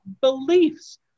beliefs